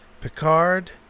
picard